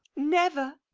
never!